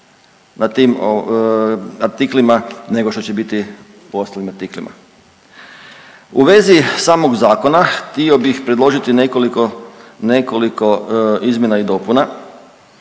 na tim artiklima nego što će biti po ostalim artiklima. U vezi samog Zakona, htio bih predložiti nekoliko izmjena i dopuna